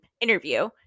interview